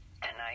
Tonight